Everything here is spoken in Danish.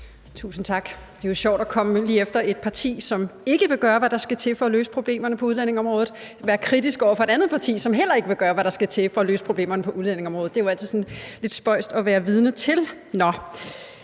Tusind tak. Det er jo sjovt at komme lige efter et parti, som ikke vil gøre, hvad der skal til for at løse problemerne på udlændingeområdet, og høre dem være kritiske over for et andet parti, som heller ikke vil gøre, hvad der skal til for at løse problemerne på udlændingeområdet. Det er altid lidt spøjst at være vidne til. Jeg